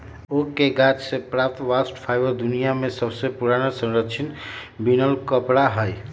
oak के गाछ सभ से प्राप्त बास्ट फाइबर दुनिया में सबसे पुरान संरक्षित बिनल कपड़ा हइ